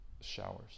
showers